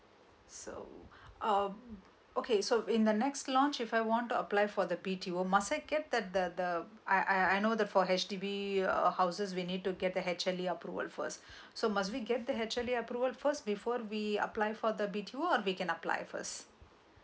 so um okay so in the next launch if I want to apply for the B_T_O must I get that that the the I I know that for H_D_B houses we need to get the H_L_A approval first so must be get that H_L_A approval first before we apply for the B_T_O or we can apply first